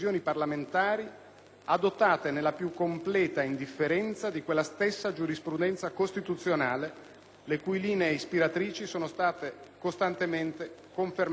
adottate nella più completa indifferenza rispetto a quella stessa giurisprudenza costituzionale, le cui linee ispiratrici sono state costantemente confermate dalla Corte.